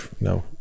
No